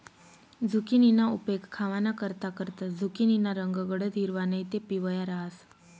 झुकिनीना उपेग खावानाकरता करतंस, झुकिनीना रंग गडद हिरवा नैते पिवया रहास